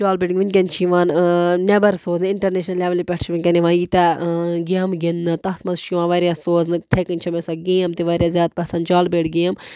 جال بیٹ وُنکٮ۪ن چھِ یِوان نیٚبر سوزنہٕ اِنٹَرنیشنَل لیٚولہِ پٮ۪ٹھ چھِ وُنکٮ۪ن یِوان ییٖتاہ گیمہٕ گِنٛدنہٕ تَتھ مَنٛز چھِ یِوان واریاہ سوزنہٕ تِتھٕے کٔنۍ چھےٚ مےٚ سۄ گیم تہِ واریاہ زیادٕ پَسنٛد جال بیٹ گیم